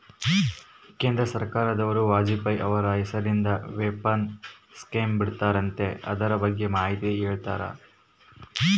ಕೇಂದ್ರ ಸರ್ಕಾರದವರು ವಾಜಪೇಯಿ ಅವರ ಹೆಸರಿಂದ ಪೆನ್ಶನ್ ಸ್ಕೇಮ್ ಬಿಟ್ಟಾರಂತೆ ಅದರ ಬಗ್ಗೆ ಮಾಹಿತಿ ಹೇಳ್ತೇರಾ?